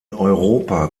europa